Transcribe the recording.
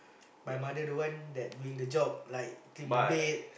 my mother don't want that doing the job like clean my bed